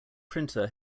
printer